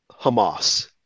Hamas